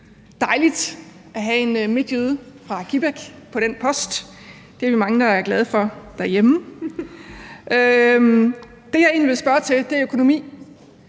Det er jo dejligt at have en midtjyde fra Kibæk på den post. Det er vi mange der er glade for derhjemme. Det, jeg egentlig vil spørge til, er økonomi.